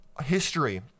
history